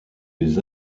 des